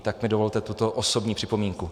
Tak mi dovolte tuto osobní připomínku.